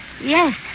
Yes